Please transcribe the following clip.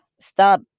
stop